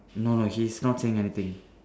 no no he's not saying anything